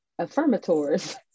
affirmators